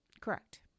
Correct